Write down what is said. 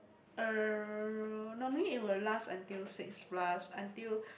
uh normally it will last until six plus until